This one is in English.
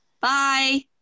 Bye